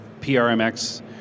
PRMX